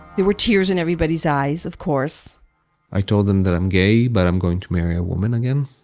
there were tears in everybody's eyes, of course i told them that i'm gay but i'm going to marry a woman again